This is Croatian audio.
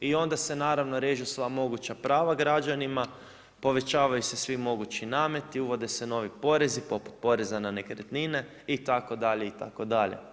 I onda se naravno režu sva moguća prava građanima, povećavaju sve svi mogući nameti, uvode se novi porezi, poput poreza na nekretnine itd. itd.